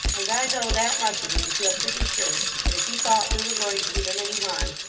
and i know that much of him to feel pretty sure that if he thought we were going to do them any harm,